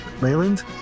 Leyland